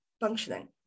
functioning